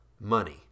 Money